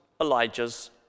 Elijah's